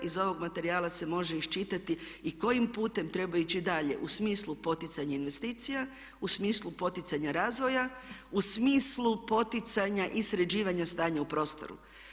Iz ovog materijala se može iščitati i kojim putem treba ići dalje u smislu poticanje investicija, u smislu poticanja razvoja, u smislu poticanja i sređivanja stanja u prostoru.